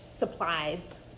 supplies